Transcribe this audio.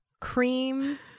cream